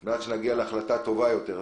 כדי שנגיע להחלטה טובה יותר.